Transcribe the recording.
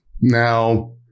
Now